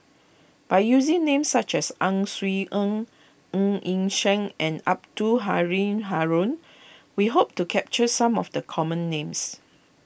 by using names such as Ang Swee Aun Ng Yi Sheng and Abdul Halim Haron we hope to capture some of the common names